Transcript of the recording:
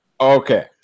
Okay